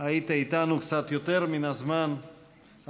היית איתנו קצת יותר מן הזמן המתוכנן,